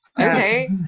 Okay